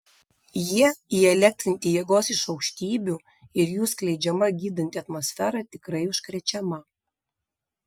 jie įelektrinti jėgos iš aukštybių ir jų skleidžiama gydanti atmosfera tikrai užkrečiama